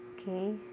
okay